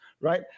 right